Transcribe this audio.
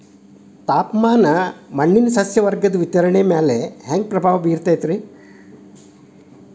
ತಾಪಮಾನ ಮಣ್ಣಿನ ಸಸ್ಯವರ್ಗದ ವಿತರಣೆಯ ಮ್ಯಾಲ ಹ್ಯಾಂಗ ಪ್ರಭಾವ ಬೇರ್ತದ್ರಿ?